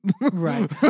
Right